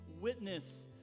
witness